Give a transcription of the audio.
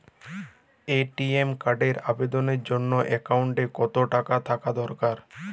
ATM কার্ডের আবেদনের জন্য অ্যাকাউন্টে কতো টাকা থাকা দরকার?